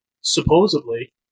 supposedly